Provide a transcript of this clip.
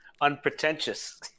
Unpretentious